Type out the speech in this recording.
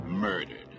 Murdered